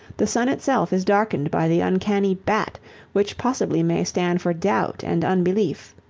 the sun itself is darkened by the uncanny bat which possibly may stand for doubt and unbelief.